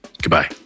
Goodbye